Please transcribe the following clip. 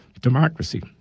democracy